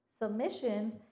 submission